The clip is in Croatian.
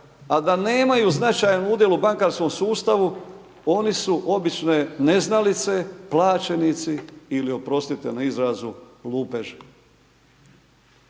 a da nemaju značajan udjel u bakarskom sustavu oni su obične neznalice, plaćenici ili oprostite na izrazu lupeži.